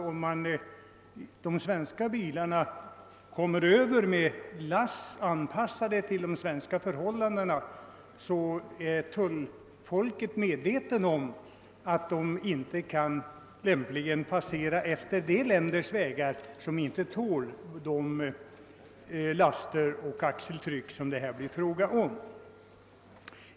Om de svenska bilarna kommer över med last anpassad efter de svenska förhållandena är tullpersonalen självfallet medveten om att de inte lämpligen kan tillåtas passera på de länders vägar som inte tål de laster och axeltryck det här blir fråga om.